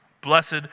blessed